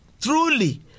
Truly